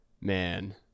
Man